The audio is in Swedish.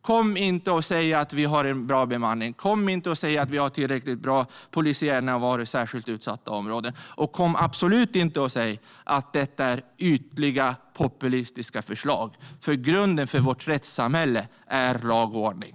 Kom inte och säg att vi har en bra bemanning, kom inte och säg att vi har en tillräckligt bra polisiär närvaro i särskilt utsatta områden, och kom absolut inte och säg att detta är ytliga, populistiska förslag, för grunden för vårt rättssamhälle är lag och ordning.